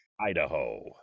Idaho